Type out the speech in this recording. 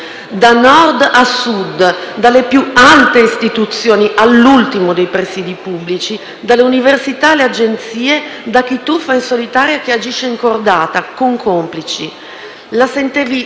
Da qui viene l'idea d'introdurre sistemi di verifica biometrica dell'identità e di videosorveglianza, per evitare che qualcuno strisci il cartellino per altri o che, dopo aver timbrato, se ne vada via.